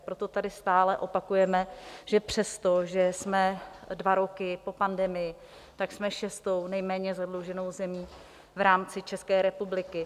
Proto tady stále opakujeme, že přesto, že jsme dva roky po pandemii, tak jsme šestou nejméně zadluženou zemí v rámci České republiky.